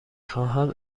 خواهم